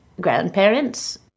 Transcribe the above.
grandparents